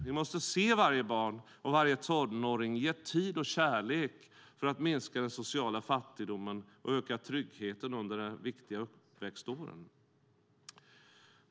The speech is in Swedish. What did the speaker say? Vi måste se varje barn och varje tonåring och ge tid och kärlek för att minska den sociala fattigdomen och öka tryggheten under de viktiga uppväxtåren.